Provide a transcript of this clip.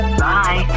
bye